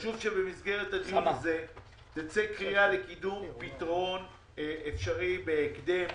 חשוב שבמסגרת הדיון הזה תצא קריאה לפתרון אפשרי בהקדם.